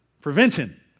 Prevention